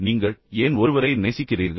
நீங்கள் ஏன் ஒருவரை நேசிக்கிறீர்கள்